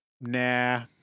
nah